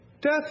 death